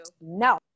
no